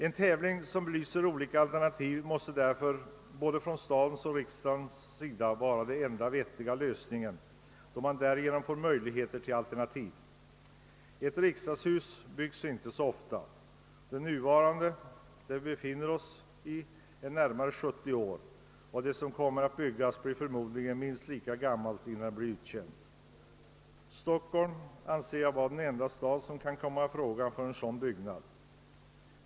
En tävling som belyser olika alternativ måste därför både för staden och för riksdagen vara den enda vettiga lösningen. Ett riksdagshus byggs inte ofta. Det nuvarande är närmare 70 år, och det som kommer att byggas blir förmodligen minst lika gammalt innan det är uttjänt. Stockholm anser jag vara den enda stad som kan komma i fråga för en sådan byggnad.